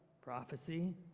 Prophecy